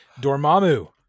Dormammu